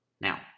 now